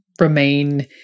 remain